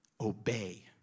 obey